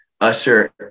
Usher